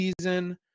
season